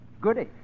goody